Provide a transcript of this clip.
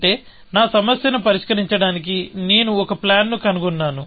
అంటే నా సమస్యను పరిష్కరించడానికి నేను ఒక ప్లాన్ ను కనుగొన్నాను